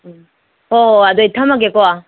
ꯎꯝ ꯍꯣꯏ ꯍꯣꯏ ꯍꯣꯏ ꯑꯗꯨꯗꯤ ꯊꯝꯃꯒꯦꯀꯣ